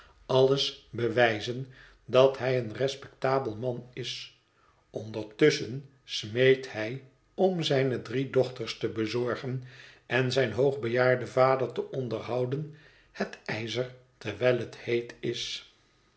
alles bewijzen dat hij een respectabel man is ondertusschen smeedt hij om zijne drie dochters te bezorgen en zijn hoogbejaarden vader te onderhouden het ijzer terwijl het heet is